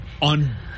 On